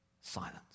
Silence